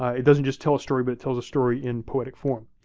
it doesn't just tell a story but it tells a story in poetic form.